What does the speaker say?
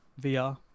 VR